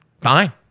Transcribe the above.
Fine